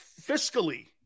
fiscally